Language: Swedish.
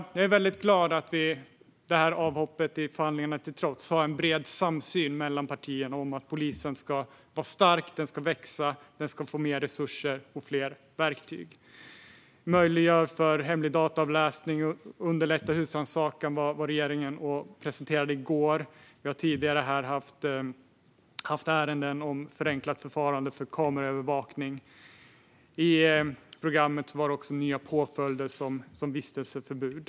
Jag är glad att vi, trots avhoppet, har en bred samsyn i förhandlingarna mellan partierna om att polisen ska vara stark och växa, få mer resurser och fler verktyg. Regeringen presenterade i går nya möjligheter till hemlig dataavläsning och att underlätta husrannsakan. Tidigare har det funnits ärenden om förenklat förfarande för kameraövervakning. I programmet finns också nya påföljder, till exempel vistelseförbud.